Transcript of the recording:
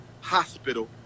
Hospital